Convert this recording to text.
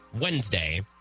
Wednesday